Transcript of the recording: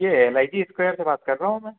ये L I C square से बात कर रहा हूँ मैं